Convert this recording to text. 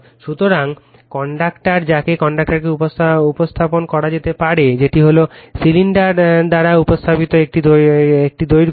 সুতরাং কন্ডাকটর তারা কন্ডাকটরকে উপস্থাপন করা যেতে পারে যেটি সিলিন্ডার দ্বারা উপস্থাপিত একটি দীর্ঘ তার